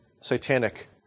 satanic